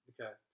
Okay